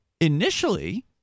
initially—